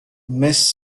miss